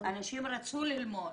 הנשים רצו ללמוד.